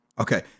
Okay